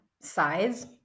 size